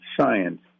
science